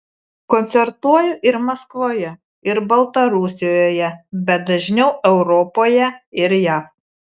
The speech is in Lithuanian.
koncertuoju ir maskvoje ir baltarusijoje bet dažniau europoje ir jav